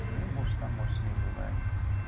बिदिनो मस्ला मस्लि होबाय